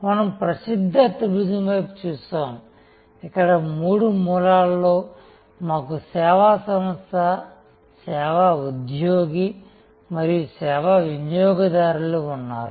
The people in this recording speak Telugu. మనం ప్రసిద్ధ త్రిభుజం వైపు చూశాము ఇక్కడ మూడు మూలల్లో మాకు సేవా సంస్థ సేవా ఉద్యోగి మరియు సేవా వినియోగదారులు ఉన్నారు